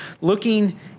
looking